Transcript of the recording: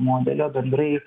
modelio bendrai